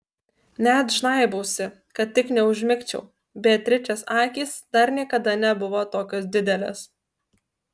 net žnaibausi kad tik neužmigčiau beatričės akys dar niekada nebuvo tokios didelės